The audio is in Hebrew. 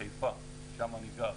לחיפה, שם אני גר,